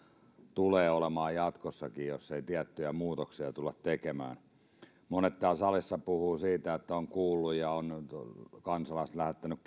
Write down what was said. tulee olemaan jatkossakin jos ei tiettyjä muutoksia tulla tekemään monet täällä salissa puhuvat että ovat kuulleet ja ovat kansalaiset lähettäneet